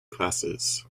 classes